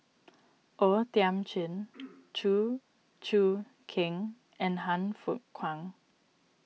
O Thiam Chin Chew Choo Keng and Han Fook Kwang